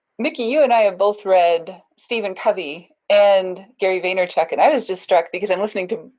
mickey, you and i have both read stephen covey and gary vaynerchuk and i was just struck because i'm listening to,